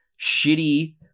shitty